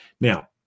Now